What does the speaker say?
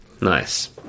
nice